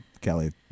Kelly